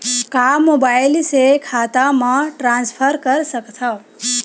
का मोबाइल से खाता म ट्रान्सफर कर सकथव?